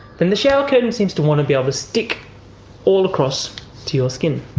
then the shower curtain seems to want to be able to stick all across to your skin.